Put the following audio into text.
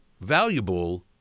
valuable